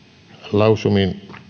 lausuman